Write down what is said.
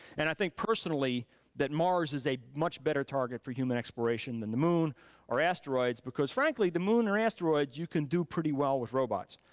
and i think personally that mars is a much better target for human exploration than the moon or asteroids, because frankly, the moon or asteroids you can do pretty well with robots.